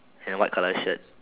and a white colour shirt